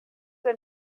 ein